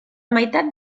meitat